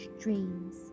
dreams